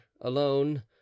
alone